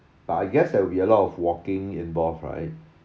but I guess that would be a lot of walking involved right